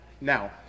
Now